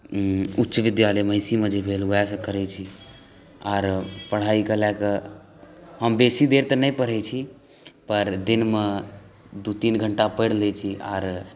उच्च विद्यालय महिषी मे जे भेल वएह सँ करै छी आर पढ़ाइ कऽ कऽ हम बेसी देर तऽ नहि पढै छी पर दिन मे दू तीन घंटा पढ़ि लै छी आर